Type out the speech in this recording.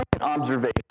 observation